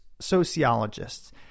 sociologists